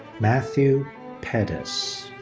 matthew perez.